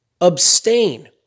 abstain